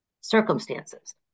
circumstances